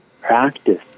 practice